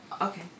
Okay